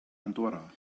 andorra